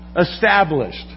established